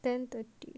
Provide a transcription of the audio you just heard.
ten thirty